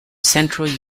central